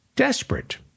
desperate